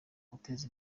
guteza